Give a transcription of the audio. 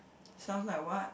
sounds like what